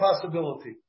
possibility